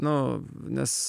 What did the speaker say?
nu v nes